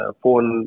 phone